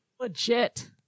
legit